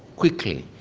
quickly.